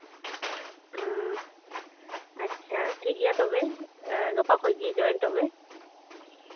ᱟᱪᱪᱷᱟ ᱴᱷᱤᱠ ᱜᱮᱭᱟ ᱛᱚᱵᱮ ᱜᱟᱯᱟ ᱠᱷᱚᱡ ᱜᱮ ᱡᱚᱭᱮᱱᱴᱚᱜ ᱢᱮ